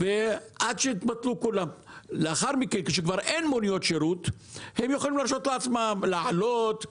עכשיו כשכבר אין מוניות שירות הם יכולים להרשות לעצמם להעלות,